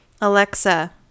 Alexa